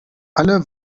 alle